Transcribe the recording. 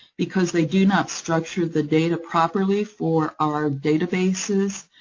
because they do not structure the data properly for our databases,